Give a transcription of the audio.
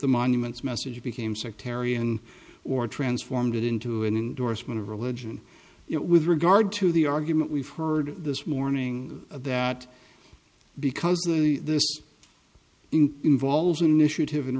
the monuments message became sectarian or transformed it into an endorsement of religion with regard to the argument we've heard this morning that because this involves an initiative